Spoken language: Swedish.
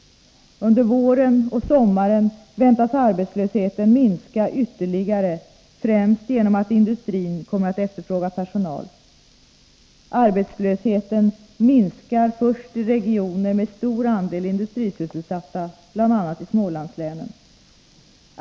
Under våren och sommaren väntas arbetslösheten minska ytterligare främst genom att industrin kommer att efterfråga personal. Arbetslösheten minskar först i regioner med stor andel industrisysselsatta, bl.a. i Smålandslänen.